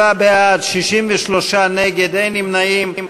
47 בעד, 63 נגד, אין נמנעים.